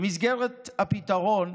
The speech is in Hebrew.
במסגרת הפתרון,